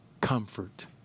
comfort